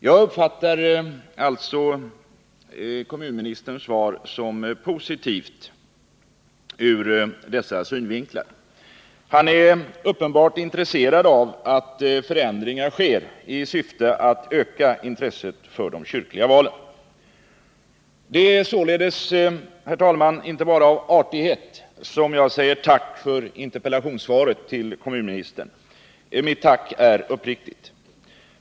Jag uppfattar alltså kommunministerns svar som positivt ur dessa synvinklar. Han är uppenbart intresserad av att förändringar i syfte att öka intresset för de kyrkliga valen sker. Det är således, herr talman, inte bara av artighet som jag säger tack för kommunministerns svar på min interpellation. Mitt tack är uppriktigt.